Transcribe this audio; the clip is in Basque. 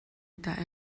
eta